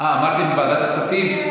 אמרנו ועדת כספים.